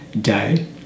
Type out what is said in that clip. day